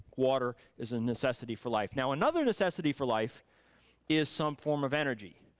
water is a necessity for life. now another necessity for life is some form of energy.